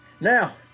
now